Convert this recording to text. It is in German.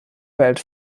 welt